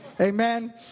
amen